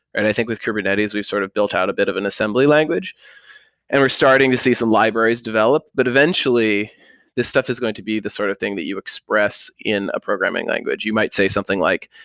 and i think with kubernetes we've sort of built out a bit of an assembly language and we're starting to see some libraries developed, but eventually this stuff is going to be the sort of thing that you express in a programming language. you might say something like,